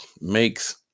makes